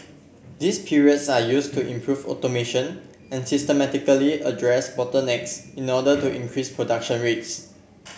these periods are used to improve automation and systematically address bottlenecks in order to increase production rates